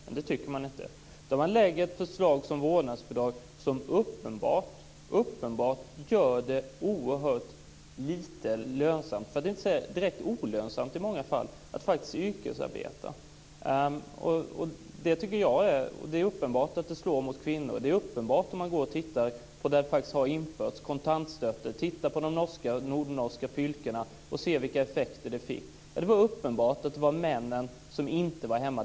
Men det tycker de inte, utan de lägger fram ett förslag om vårdnadsbidrag som uppenbart gör det oerhört lite lönsamt, för att inte säga direkt olönsamt i många fall, att faktiskt yrkesarbeta. Det är uppenbart att det slår mot kvinnor. Det är uppenbart om man tittar där det faktiskt har införts kontantstöd. Man kan titta på de nordnorska fylkena och se vilka effekter det har fått. Det var uppenbart att det var männen som inte var hemma.